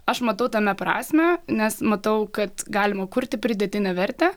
aš matau tame prasmę nes matau kad galima kurti pridėtinę vertę